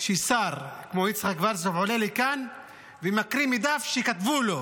ששר כמו יצחק וסרלאוף עולה לכאן ומקריא מדף שכתבו לו?